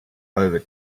over